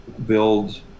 build